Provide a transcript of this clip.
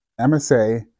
MSA